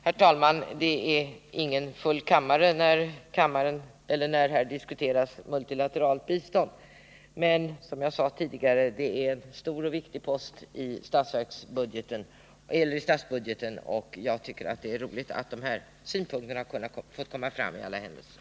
Herr talman! Det är ingen fulltalig kammare när vi diskuterar multilateralt bistånd, men, som jag framhöll tidigare, det är en stor och viktig post i statsbudgeten, och jag tycker det är glädjande att de här synpunkterna i alla händelser har fått komma fram.